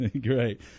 Great